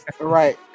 right